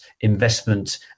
investment